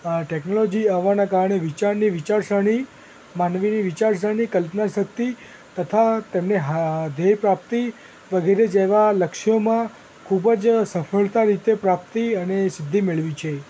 આ ટૅક્નોલોજી આવવાના કારણે વિચારની વિચારસરણી માનવીની વિચારસરણી કલ્પના શક્તિ તથા તેમની હા ધ્યેય પ્રાપ્તિ વગેરે જેવાં લક્ષ્યોમાં ખૂબ જ સફળતા રીતે પ્રાપ્તિ અને સિદ્ધિ મેળવી છે